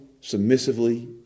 submissively